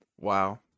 Wow